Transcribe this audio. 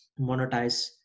monetize